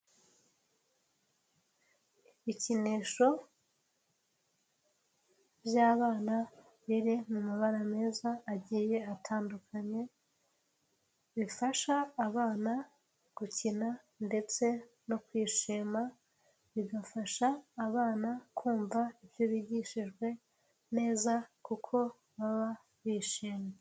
Ibikinisho by'abana biri mu mabara meza agiye atandukanye, bifasha abana gukina ndetse no kwishima, bigafasha abana kumva ibyo bigishijwe neza kuko baba bishimye.